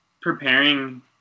preparing